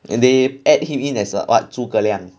and they add him in as a what 诸葛亮